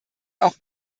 auch